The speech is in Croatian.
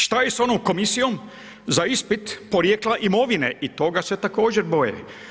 Šta je sa onom komisijom za ispit porijekla imovine i toga se također boje.